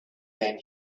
than